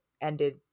ended